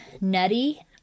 nutty